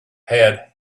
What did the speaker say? had